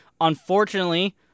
Unfortunately